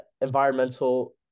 environmental